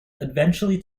eventually